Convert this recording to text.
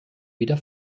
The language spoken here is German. wieder